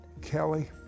Kelly